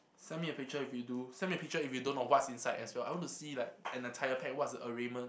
send me a picture if you do send me a picture if you don't know what's inside as well I want to see like an entire pack what's the